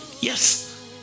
yes